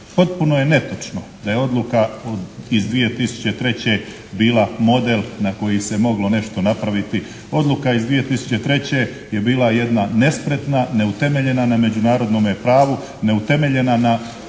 Potpuno je netočno da je odluka iz 2003. bila model na koji se moglo nešto napraviti. Odluka iz 2003. je bila jedna nespretna, neutemeljena na međunarodnome pravu, neutemeljena na